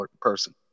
person